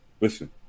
Listen